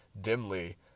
dimly